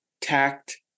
tact